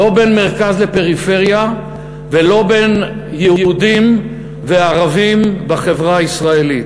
לא בין מרכז לפריפריה ולא בין יהודים לערבים בחברה הישראלית,